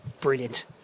brilliant